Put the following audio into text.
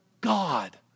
God